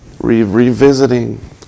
revisiting